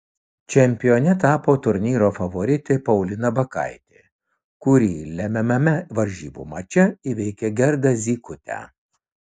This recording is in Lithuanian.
čempione tapo turnyro favoritė paulina bakaitė kuri lemiamame varžybų mače įveikė gerdą zykutę